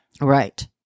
Right